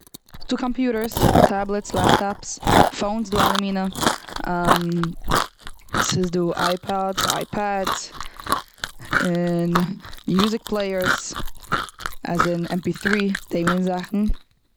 ס'איז דא קומפוטערס, טעבלעטס, לעפ טאפס, פאונס, איז דא אלע מינע, ס'איז דא איי פאדס, איי פעדס, און מוזיק פלעיערס, עז און עם פי טרי, די מין זאכן.